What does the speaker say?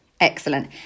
Excellent